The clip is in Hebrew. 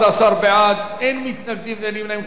11 בעד, אין מתנגדים ואין נמנעים.